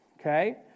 okay